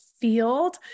field